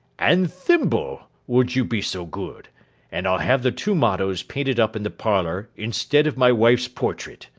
and thimble, will you be so good and i'll have the two mottoes painted up in the parlour instead of my wife's portrait